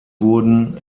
wurden